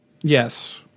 Yes